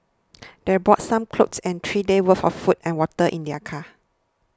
they brought some clothes and three days' worth of food and water in their car